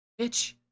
Bitch